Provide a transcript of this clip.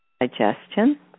digestion